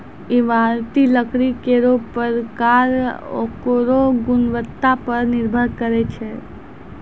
इमारती लकड़ी केरो परकार ओकरो गुणवत्ता पर निर्भर करै छै